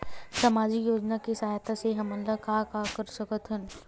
सामजिक योजना के सहायता से हमन का का कर सकत हन?